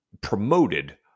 promoted